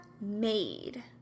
Made